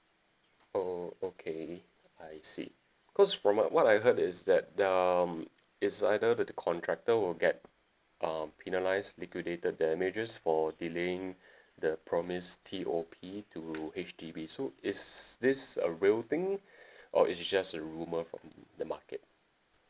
oh okay I see because from what what I heard is that um it's either the contractor will get um penalise liquidated damages for delaying the promised T_O_P to H_D_B so is this a real thing or it's just a rumor from the market